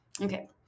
Okay